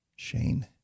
Shane